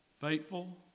Faithful